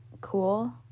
cool